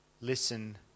Listen